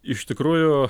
iš tikrųjų